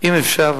אם אפשר,